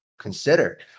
consider